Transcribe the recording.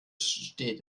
steht